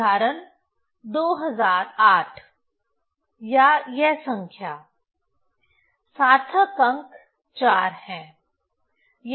उदाहरण 2008 या यह संख्या सार्थक अंक 4 हैं